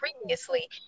previously